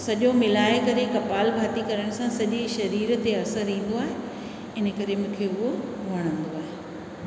सॼो मिलाए करे कपालभाति करण सां सॼे सरीर ते असरु ईंदो आहे इनकरे मूंखे उहो वणंदो आहे